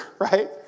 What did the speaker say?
Right